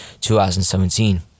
2017